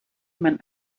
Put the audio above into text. man